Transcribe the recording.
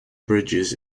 bridges